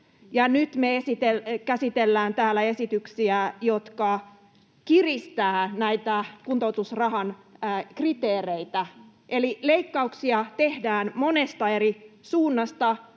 nyt me käsitellään täällä esityksiä, jotka kiristävät näitä kuntoutusrahan kriteereitä. Eli leikkauksia tehdään monesta eri suunnasta: